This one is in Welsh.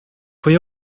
pwy